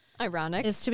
Ironic